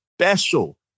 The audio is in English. special